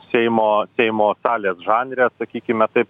seimo seimo salės žanre sakykime taip